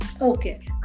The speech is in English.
Okay